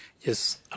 Yes